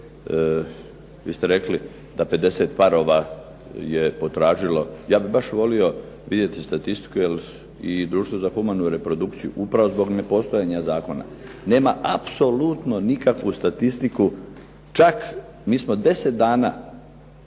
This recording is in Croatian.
Vi ste rekli da 50 parova je potražilo. Ja bih baš volio vidjeti statistiku, jer i Društvo za humanu reprodukciju upravo zbog nepostojanja zakona nema apsolutno nikakvu statistiku. Čak mi smo 10 dana